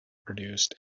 produced